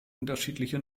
unterschiedliche